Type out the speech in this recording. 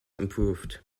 improved